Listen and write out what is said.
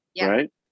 right